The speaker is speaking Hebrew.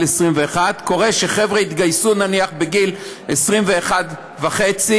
21. קורה שחבר'ה התגייסו נניח בגיל 21 וחצי.